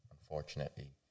Unfortunately